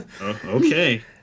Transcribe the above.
Okay